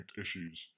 issues